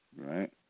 Right